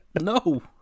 no